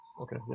Okay